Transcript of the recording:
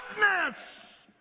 darkness